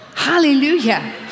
Hallelujah